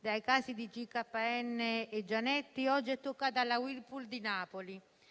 Dopo i casi di GKN e Gianetti, oggi è toccata alla Whirlpool di Napoli.